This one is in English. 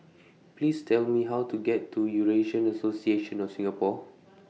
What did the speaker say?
Please Tell Me How to get to Eurasian Association of Singapore